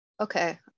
Okay